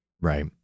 right